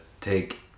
take